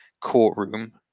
courtroom